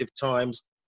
times